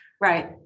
Right